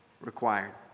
required